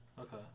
Okay